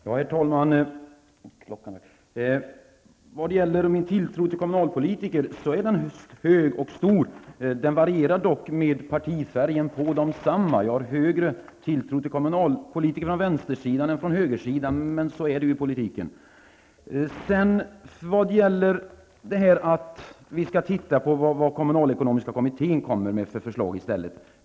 Herr talman! Min tilltro till kommunalpolitiker är stor. Den varierar dock med partifärgen på desamma. Jag har en större tilltro till kommunalpolitiker på vänstersidan än på politiker på högersidan, men så är det i politiken. Finanministern säger att vi skall titta på vad den kommunalekonomiska kommittén kommer med för förslag.